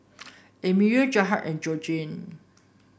Emelia Jarrad and Georgene